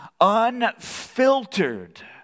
unfiltered